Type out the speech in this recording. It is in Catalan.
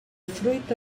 fruita